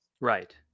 Right